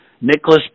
Nicholas